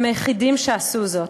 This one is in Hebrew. הם היחידים שעשו זאת.